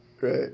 right